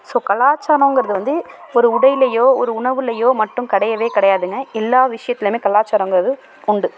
so கலாச்சாரங்கிறது வந்து ஒரு உடையிலேயோ ஒரு உணவுலேயோ மட்டும் கிடையவே கிடையாதுங்க எல்லா விஷயத்துலேயுமே கலாச்சாரங்கிறது உண்டு